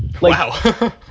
Wow